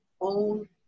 own